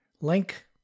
link